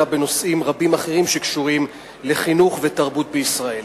אלא בנושאים רבים אחרים שקשורים לחינוך ותרבות בישראל.